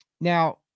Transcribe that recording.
Now